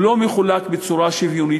לא מחולק בצורה שוויונית,